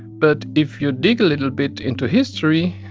but if you dig a little bit into history,